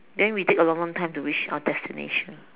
then we take a long long time to reach our destination